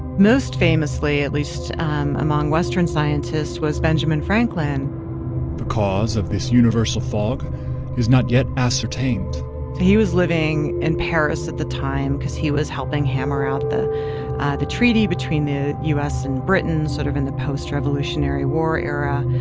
most famously, at least among western scientists, was benjamin franklin the cause of this universal fog is not yet ascertained he was living in and paris at the time because he was helping hammer out the the treaty between the u s. and britain, sort of in the post-revolutionary war era,